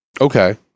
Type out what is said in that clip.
okay